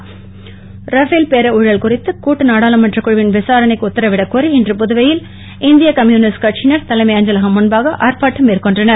Puduvai CPI Rafale பேர ஊழல் குறித்து கூட்டு நாடாளுமன்றக் குழுவின் விசாரணைக்கு உத்தரவிடக் கோரி இன்று புதுவையில் இந்திய கம்யூனிஸ்ட் கட்சியினர் தலைமை அஞ்சலகம் முன்பாக ஆர்ப்பாட்டம் மேற்கொண்டனர்